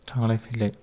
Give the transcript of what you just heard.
थांलाय फैलाय